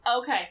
Okay